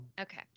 Okay